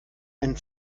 einen